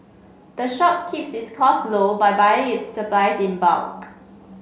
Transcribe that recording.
the shop keeps its costs low by buying its supplies in bulk